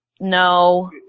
No